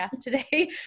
today